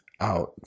out